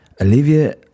Olivia